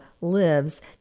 lives